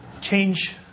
change